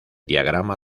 diagrama